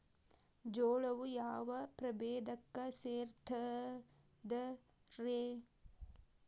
ಜೋಳವು ಯಾವ ಪ್ರಭೇದಕ್ಕ ಸೇರ್ತದ ರೇ?